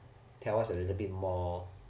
tell us a little bit more